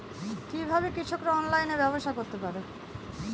কিভাবে কৃষকরা অনলাইনে ব্যবসা করতে পারে?